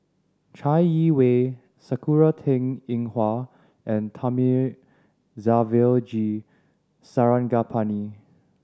Chai Yee Wei Sakura Teng Ying Hua and Thamizhavel G Sarangapani